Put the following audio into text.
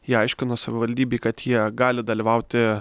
jie aiškino savivaldybei kad jie gali dalyvauti